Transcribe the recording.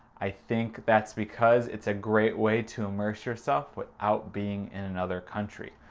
i think that's because it's a great way to immerse yourself, without being in another country.